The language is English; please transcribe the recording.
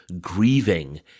grieving